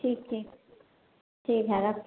ठीक ठीक ठीक हय रखु